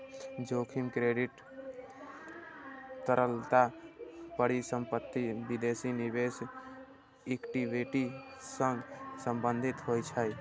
जोखिम क्रेडिट, तरलता, परिसंपत्ति, विदेशी निवेश, इक्विटी सं संबंधित होइ छै